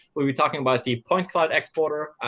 we'll be talking about the point cloud exporter,